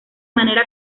manera